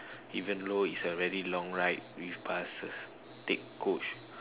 even though it's a very long ride with buses take coach